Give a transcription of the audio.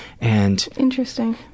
Interesting